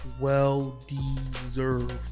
Well-deserved